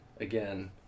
again